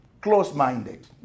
close-minded